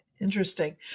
Interesting